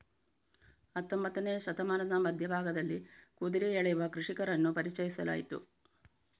ಹತ್ತೊಂಬತ್ತನೇ ಶತಮಾನದ ಮಧ್ಯ ಭಾಗದಲ್ಲಿ ಕುದುರೆ ಎಳೆಯುವ ಕೃಷಿಕರನ್ನು ಪರಿಚಯಿಸಲಾಯಿತು